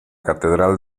catedral